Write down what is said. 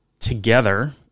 together